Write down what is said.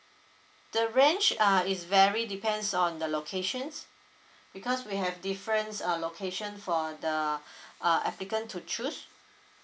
the rent should ah is vary depends on the locations because we have difference um location for the uh applicant to choose